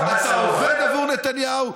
אתה עובד עבור נתניהו.